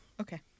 Okay